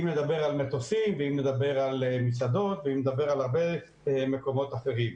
אם נדבר על מטוסים ואם נדבר על מסעדות ואם נדבר על הרבה מקומות אחרים.